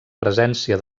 presència